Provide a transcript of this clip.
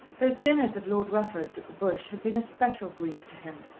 those dinners of lord rufford's at the bush had been a special grief to him.